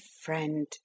friend